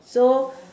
so